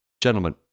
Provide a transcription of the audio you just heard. gentlemen